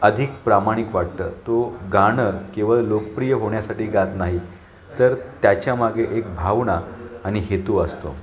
अधिक प्रामाणिक वाटतं तो गाणं केवळ लोकप्रिय होण्यासाठी गात नाही तर त्याच्यामागे एक भावना आणि हेतू असतो